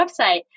website